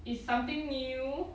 it's something new